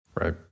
Right